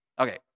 Okay